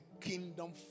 kingdom